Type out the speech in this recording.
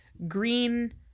green